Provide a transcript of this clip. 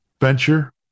venture